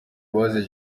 bazize